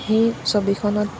সেই ছবিখনত